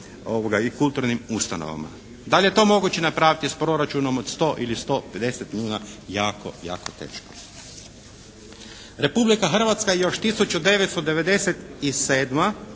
i kulturnim ustanovama. Da li je to moguće napraviti s proračunom od 100 ili 150 milijuna? Jako, jako teško. Republika Hrvatska je još 1997.